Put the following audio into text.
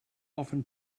often